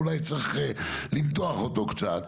אולי צריך למתוח אותו קצת,